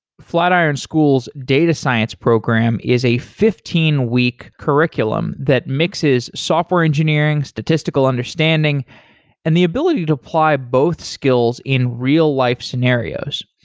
flat iron school's data science program is a fifteen week curriculum that mixes software engineering, statistical understanding and the ability to apply both skills in real life scenarios.